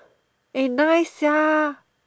eh nice sia